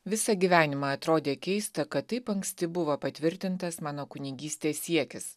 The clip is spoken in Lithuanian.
visą gyvenimą atrodė keista kad taip anksti buvo patvirtintas mano kunigystės siekis